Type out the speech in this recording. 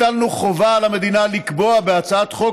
הטלנו חובה על המדינה לקבוע בהצעת חוק